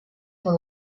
por